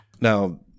Now